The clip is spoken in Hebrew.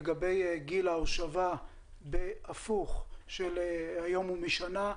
לגבי גיל ההושבה הפוך כאשר היום הוא שנה.